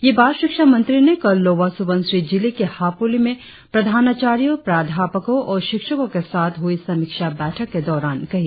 ये बात शिक्षा मंत्री ने कल लोअर सुबनसिरी जिले के हापोली में प्रधानाचार्यो प्राध्यापको और शिक्षको के साथ हुई समीक्षा बैठक के दोरान कही